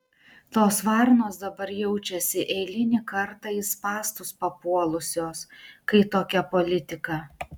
tos varnos dabar jaučiasi eilinį kartą į spąstus papuolusios kai tokia politika